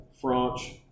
French